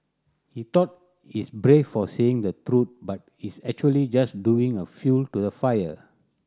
he thought he's brave for saying the truth but he's actually just doing a fuel to the fire